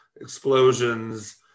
explosions